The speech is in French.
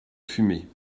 fumée